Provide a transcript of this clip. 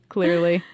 Clearly